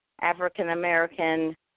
African-American